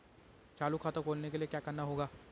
चालू खाता खोलने के लिए क्या करना होगा?